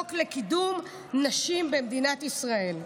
החוק הזה נקרא "החוק לקידום נשים במדינת ישראל".